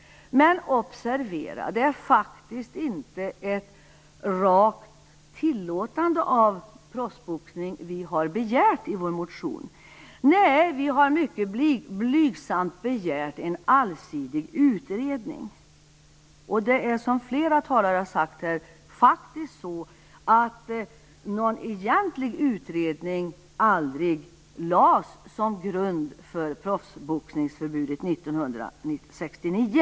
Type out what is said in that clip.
Men observera att vi inte har begärt ett regelrätt tillåtande av proffsboxning i vår motion. Nej, vi har mycket blygsamt begärt en allsidig utredning. Som flera talare här har sagt har det aldrig gjorts någon egentlig utredning som grund för proffsboxningsförbudet 1969.